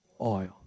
oil